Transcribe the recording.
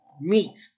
meat